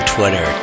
Twitter